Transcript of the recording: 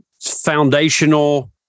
foundational